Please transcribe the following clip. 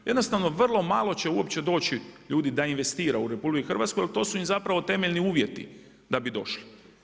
Jednostavno vrlo malo će uopće doći ljudi da investira u RH jer to su im zapravo temeljni uvjeti da bi došli.